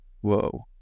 whoa